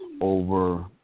over